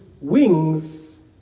wings